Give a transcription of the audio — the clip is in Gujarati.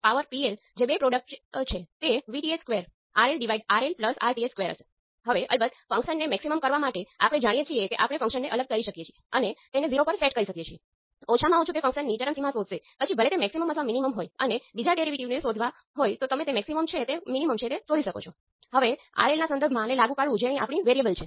અને આ ચોક્કસ કિસ્સામાં જ્યારે આપણે I1 લઈએ છીએ જે પોર્ટ 1 પરનો કરંટ છે અને પોર્ટ 2 પર વોલ્ટેજ આપણને મળતા પેરામિટર ના સેટને h પેરામિટર કહેવામાં આવે છે